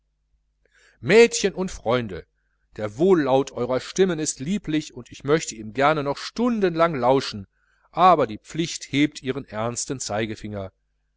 mädchen und freunde der wohllaut eurer stimmen ist lieblich und ich möchte ihm gerne noch stundenlang lauschen aber die pflicht hebt ihren ernsten zeigefinger